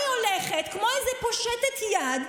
אני הולכת כמו איזו פושטת יד,